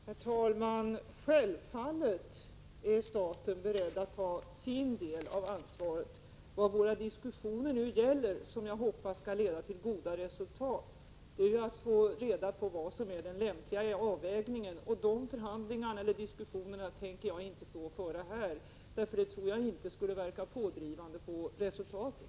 Herr talman! Självfallet är staten beredd att ta sin del av ansvaret. Vad våra diskussioner, som jag hoppas skall leda till goda resultat, nu gäller är att vi vill ha reda på hur en lämplig avvägning ser ut. Diskussionerna om detta kommer jag inte att föra här. Jag tror inte att det skulle verka pådrivande på resultatet.